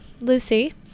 Lucy